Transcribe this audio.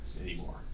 anymore